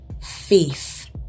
faith